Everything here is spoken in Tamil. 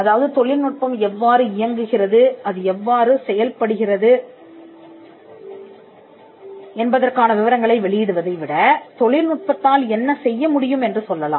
அதாவது தொழில்நுட்பம் எவ்வாறு இயங்குகிறது அது எவ்வாறு செயல்படுகிறது என்பதற்கான விவரங்களை வெளியிடுவதை விட தொழில்நுட்பத்தால் என்ன செய்ய முடியும் என்று சொல்லலாம்